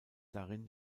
darin